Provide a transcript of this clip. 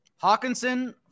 Hawkinson